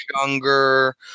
younger